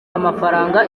amafaranga